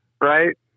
Right